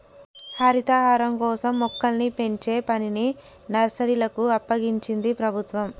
హరితహారం కోసం మొక్కల్ని పెంచే పనిని నర్సరీలకు అప్పగించింది ప్రభుత్వం